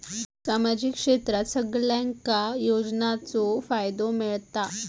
सामाजिक क्षेत्रात सगल्यांका योजनाचो फायदो मेलता?